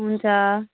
हुन्छ